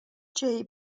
jay